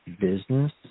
business